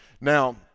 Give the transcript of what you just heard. Now